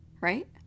Right